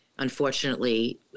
Unfortunately